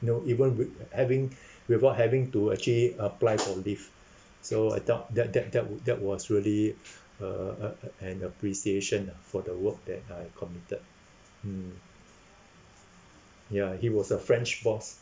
you know even with having without having to actually apply for leave so I thought that that that that was really uh a an appreciation ah for the work that I committed mm ya he was a french boss